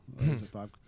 Bob